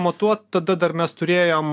matuot tada dar mes turėjom